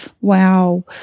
Wow